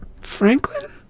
Franklin